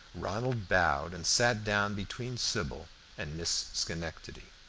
ronald bowed and sat down between sybil and miss schenectady.